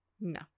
No